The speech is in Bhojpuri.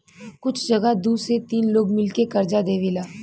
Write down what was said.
कुछ जगह दू से तीन लोग मिल के कर्जा देवेला